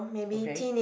okay